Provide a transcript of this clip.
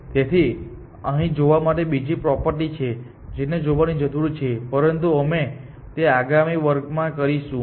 તેથી અહીં જોવા માટે બીજી પ્રોપર્ટી છે જેને જોવાની જરૂર છે પરંતુ અમે તે આગામી વર્ગ માં કરીશું